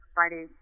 Friday